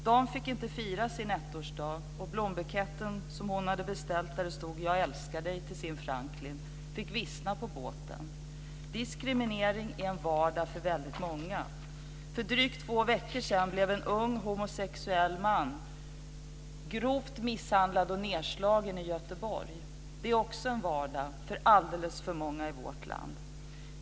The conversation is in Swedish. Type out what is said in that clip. De fick inte fira sin ettårsdag, och den blombukett som hon hade beställt och där det stod: "Jag älskar dig" fick vissna på båten. Diskriminering är en vardag för väldigt många. För drygt två veckor sedan blev en ung homosexuell man grovt misshandlad och nedslagen i Göteborg. Det är också en vardag för alldeles för många i vårt.